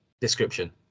description